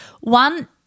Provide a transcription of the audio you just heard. one